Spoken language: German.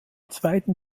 zweiten